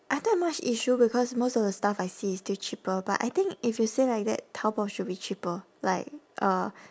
I don't have much issue because most of the stuff I see is still cheaper but I think if you say like that taobao should be cheaper like uh